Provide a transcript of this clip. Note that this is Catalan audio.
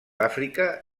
àfrica